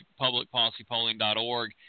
publicpolicypolling.org